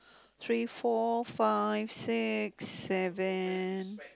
three four five six seven